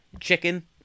chicken